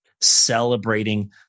celebrating